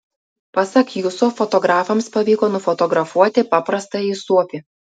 pasak juso fotografams pavyko nufotografuoti paprastąjį suopį